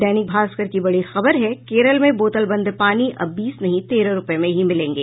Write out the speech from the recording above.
दैनिक भास्कर की बड़ी खबर है केरल में बोतल बंद पानी अब बीस नहीं तेरह रूपये में ही मिलेंगे